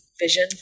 vision